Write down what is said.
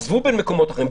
עזבו בין מקומות אחרים,